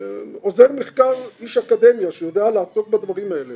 עוזר מחקר, איש אקדמיה שיודע לעסוק בדברים האלה